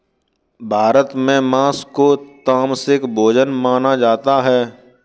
भारत में माँस को तामसिक भोजन माना जाता है